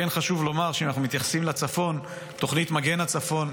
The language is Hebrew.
חשוב לומר שאם מתייחסים לצפון, לתוכנית מגן הצפון,